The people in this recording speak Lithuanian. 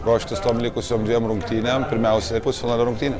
ruoštis tom likusiom dviem rungtynėm pirmiausia pusfinalio rungtynė